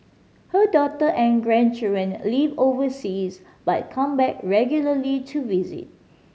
her daughter and grandchildren live overseas but come back regularly to visit